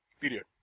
Period